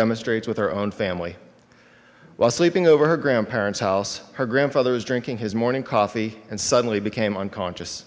demonstrates with her own family while sleeping over her grandparents house her grandfather was drinking his morning coffee and suddenly became unconscious